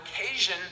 occasion